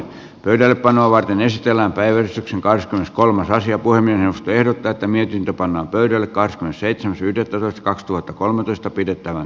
pöydällepanoa varten esitellään päivystyksen kares kolmas asia kuin miinus verot tätä mihinkä pannaan pöydälle kaskun seitsemäs yhdettätoista kaksituhattakolmetoista pidettävän